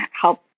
help